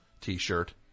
t-shirt